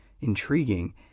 intriguing